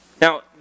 Now